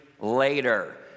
later